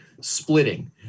splitting